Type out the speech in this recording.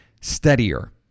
steadier